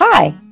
Hi